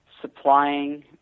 supplying